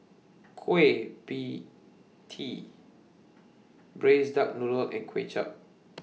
Kueh PIE Tee Braised Duck Noodle and Kuay Chap